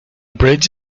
bridge